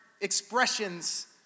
expressions